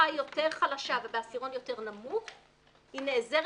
האורות דולקים שם על זה.